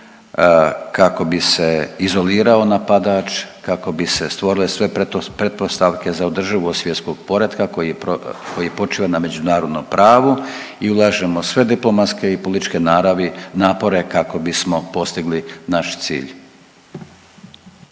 kako bi se izolirao napadač, kako bi se stvorile sve pretpostavke za održivost svjetskog poretka koji počiva na međunarodnom pravu i ulažemo sve diplomatske i političke napore kako bismo postigli naš cilj.